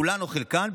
כולן או חלקן,